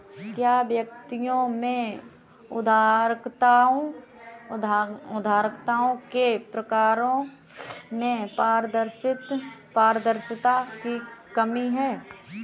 क्या व्यक्तियों में उधारकर्ताओं के प्रकारों में पारदर्शिता की कमी है?